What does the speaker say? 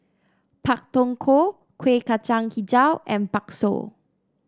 Pak Thong Ko Kueh Kacang hijau and bakso